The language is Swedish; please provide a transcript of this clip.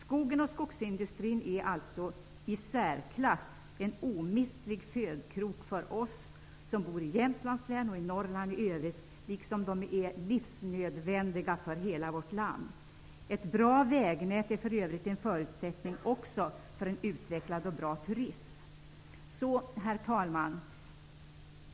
Skogen och skogsindustrin är den i särklass mest omistliga födkroken för oss som bor i Jämtlands län och i Norrland i övrigt, och de är livsnödvändiga för hela vårt land. Ett bra vägnät är för övrigt också en förutsättning för en utvecklad och bra turism. Herr talman!